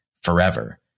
forever